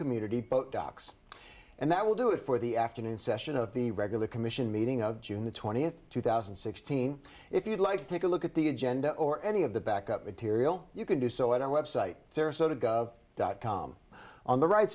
community boat docks and that will do it for the afternoon session of the regular commission meeting of june the twentieth two thousand and sixteen if you'd like to take a look at the agenda or any of the back up material you can do so i don't website sarasota gov dot com on the right